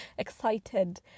excited